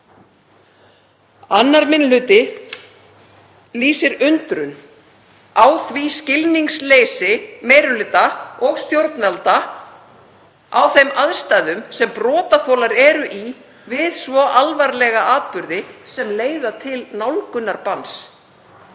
Annar minni hluti lýsir undrun á því skilningsleysi meiri hluta og stjórnvalda á þeim aðstæðum sem brotaþolar eru í við svo alvarlega atburði sem leiða til nálgunarbanns.